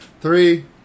three